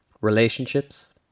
relationships